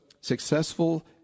successful